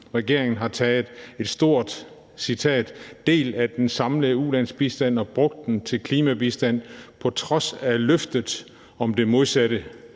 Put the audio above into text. Regeringen har »taget en del af den samlede ulandsbistand og brugt den til klimabistand på trods af løftet om det modsatte.